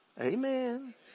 Amen